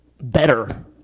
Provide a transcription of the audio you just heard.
better